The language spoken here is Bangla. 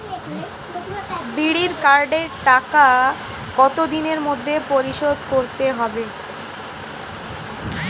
বিড়ির কার্ডের টাকা কত দিনের মধ্যে পরিশোধ করতে হবে?